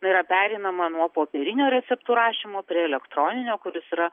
na yra pereinama nuo popierinio receptų rašymo prie elektroninio kuris yra